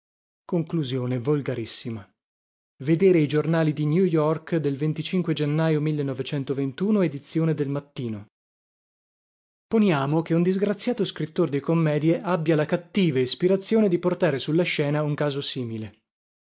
conclusione volgarissima vedere i giornali di new york del gennaio edizione del mattino poniamo che un disgraziato scrittor di commedie abbia la cattiva ispirazione di portare sulla scena un caso simile